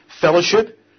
Fellowship